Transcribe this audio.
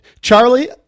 Charlie